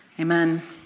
Amen